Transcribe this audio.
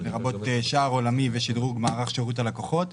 לרבות שער עולמי ושדרוג מערך שירות הלקוחות,